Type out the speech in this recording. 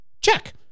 Check